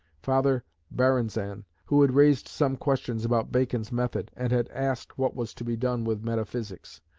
father baranzan, who had raised some questions about bacon's method, and had asked what was to be done with metaphysics,